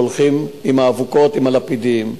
שהולכים עם האבוקות והלפידים,